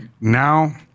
now